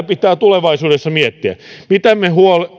pitää miettiä miten me